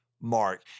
mark